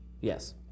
Yes